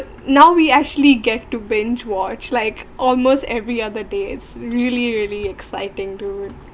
now we're actually get to been through watch like almost every other day is really really exciting dude